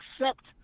accept